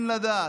אין לדעת.